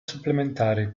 supplementari